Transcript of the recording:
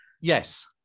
Yes